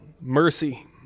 mercy